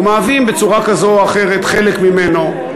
ומהווים בצורה כזאת או אחרת חלק ממנו.